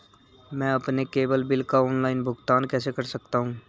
मैं अपने cable bill का ऑनलाइन भुगतान कैसे कर सकता हूं?